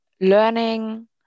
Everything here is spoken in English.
learning